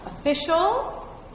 official